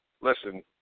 listen